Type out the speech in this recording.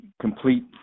complete